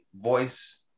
voice